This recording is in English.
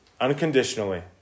unconditionally